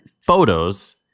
photos